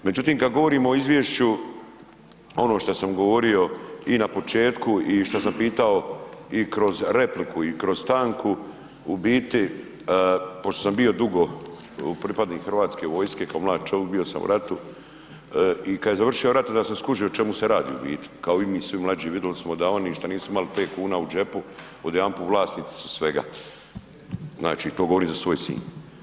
Međutim kad govorimo o izvješću, ono šta sam govorio i na početku i šta sam pitao i kroz repliku i kroz stanku u biti pošto sam bio dugo pripadnik HV-a, kao mlad čovik bio sam u ratu i kad je završio rat onda sam skužio o čemu se radi u biti, kao i mi svi mlađi vidili smo da oni šta nisu imali 5 kuna u džepu odjedanput vlasnici su svega, znači to govorim za svoj Sinj.